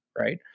right